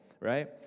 right